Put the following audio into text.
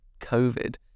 COVID